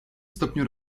stopniu